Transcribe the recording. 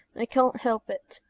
i can't help it,